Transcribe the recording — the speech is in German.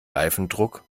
reifendruck